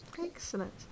Excellent